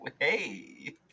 hey